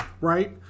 right